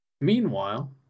Meanwhile